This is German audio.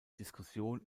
diskussion